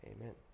Amen